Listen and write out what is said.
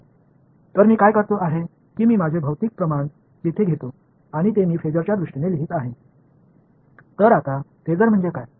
எனவே நான் என்ன செய்கிறேன் நான் என் பிஸிக்கல் குவான்டிடிஸ் இங்கே எடுத்துக்கொள்கிறேன் அது E மற்றும் நான் அதை ஃபாசர் அடிப்படையில் எழுதுகிறேன்